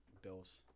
Bills